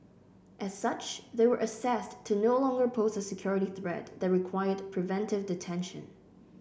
as such they were assessed to no longer pose a security threat that required preventive detention